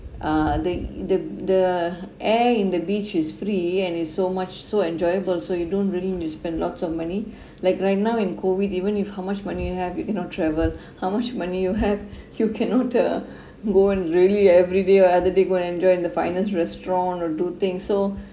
uh there the the air in the beach is free and is so much so enjoyable so you don't really need to spend lots of money like right now in COVID even with how much money you have you cannot travel how much money you have you cannot uh go and really everyday or other day go and enjoy the finest restaurant or do things so